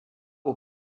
aux